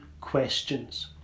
questions